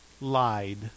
lied